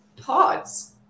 pods